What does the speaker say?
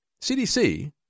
CDC